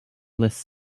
less